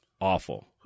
awful